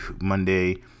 monday